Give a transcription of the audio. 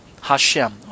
Hashem